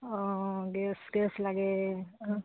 অঁ gas gas লাগে